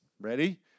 ready